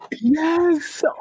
Yes